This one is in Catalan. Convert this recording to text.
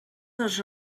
dels